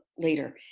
later.